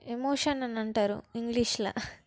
emotion అని అంటారు ఇంగ్లీష్లో